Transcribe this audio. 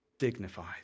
dignified